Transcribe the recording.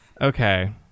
Okay